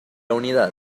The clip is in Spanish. unidad